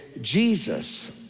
Jesus